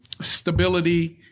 stability